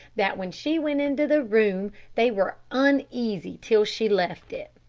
that when she went into the room they were uneasy till she left it.